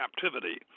captivity